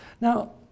Now